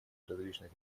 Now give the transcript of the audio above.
различных